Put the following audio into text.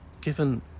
given